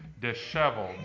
disheveled